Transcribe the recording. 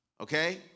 Okay